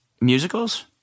musicals